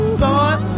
thought